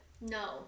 No